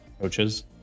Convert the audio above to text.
coaches